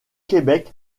québec